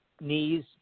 knees